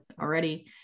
already